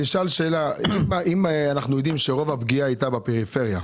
אם אנחנו יודעים שרוב הפגיעה הייתה בפריפריה,